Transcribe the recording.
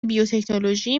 بیوتکنولوژی